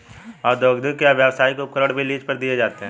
औद्योगिक या व्यावसायिक उपकरण भी लीज पर दिए जाते है